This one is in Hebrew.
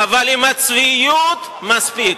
אבל עם הצביעות, מספיק.